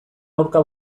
aurka